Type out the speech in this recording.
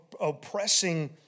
oppressing